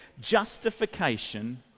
Justification